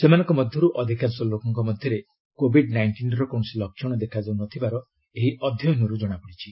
ସେମାନଙ୍କ ମଧ୍ୟରୁ ଅଧିକାଂଶ ଲୋକଙ୍କ ମଧ୍ୟରେ କୋଭିଡ୍ ନାଇଷ୍ଟିନ୍ର କୌଣସି ଲକ୍ଷଣ ଦେଖାଯାଉ ନଥିବାର ଏହି ଅଧ୍ୟୟନର୍ ଜଣାପଡ଼ିଛି